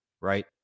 right